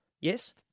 Yes